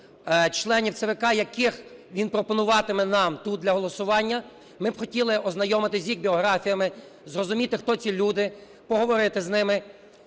членів ЦВК, яких він пропонуватиме нам тут для голосування. Ми б хотіли ознайомитись з їх біографіями, зрозуміти, хто ці люди, поговорити з ними.